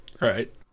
Right